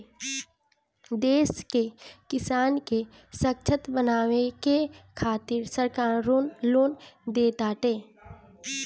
देश के किसान के ससक्त बनावे के खातिरा सरकार लोन देताटे